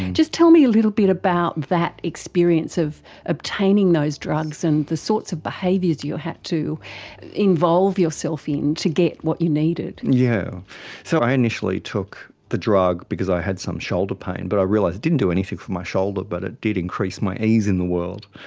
just tell me a little bit about that experience of obtaining those drugs and the sorts of behaviours you had to involve yourself in to get what you needed. yeah so i initially took the drugs because i had some shoulder pain but i realised it didn't do anything for my shoulder but it did increase my ease in the world,